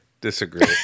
disagree